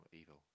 evil